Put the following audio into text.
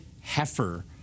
Heifer